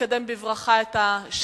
אני רוצה לקדם בברכה את השיח'ים